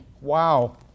Wow